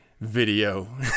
video